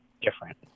different